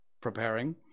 preparing